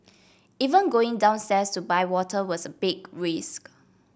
even going downstairs to buy water was a big risk